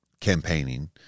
campaigning